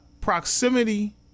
proximity